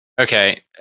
okay